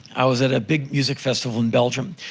i was at a big music festival in belgium.